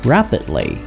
Rapidly